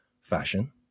fashion